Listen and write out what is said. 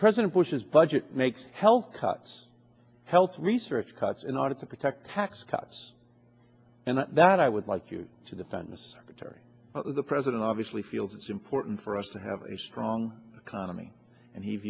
president bush's budget makes health cuts health research cuts in order to protect tax cuts and that i would like you to defend the circuitry the president obviously feels it's important for us to have a strong economy and he